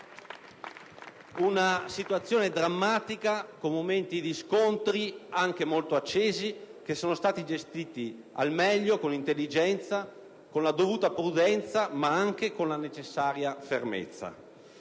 Una situazione drammatica, con momenti di scontro anche molto accesi, che sono stati gestiti al meglio, con intelligenza, con la dovuta prudenza, ma anche con la necessaria fermezza.